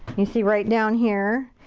you see right down here?